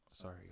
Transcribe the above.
Sorry